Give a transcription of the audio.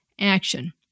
action